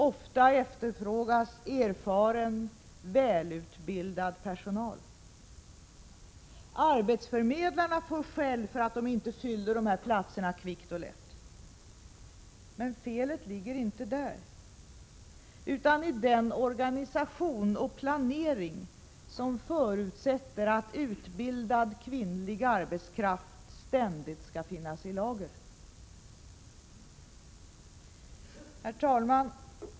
Ofta efterfrågas erfaren, välutbildad personal. Arbetsförmedlarna får skäll för att de inte fyller platserna kvickt och lätt. Men felet ligger inte där utan i den organisation och planering som förutsätter att utbildad kvinnlig arbetskraft ständigt skall finnas i lager. Herr talman!